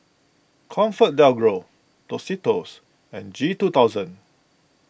Comfort Del Gro Tostitos and G two thousand